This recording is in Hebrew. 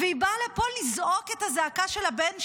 והיא באה לפה לזעוק את הזעקה של הבן שלה.